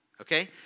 okay